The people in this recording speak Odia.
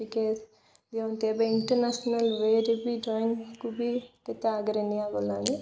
ବିକଜ ଯେବେ ଏବେ ଇଣ୍ଟରନାସନାଲ୍ ୱେରେ ବି ଡ୍ରଇଂକୁ ବି କେତେ ଆଗରେ ନିଆଗଲାଣି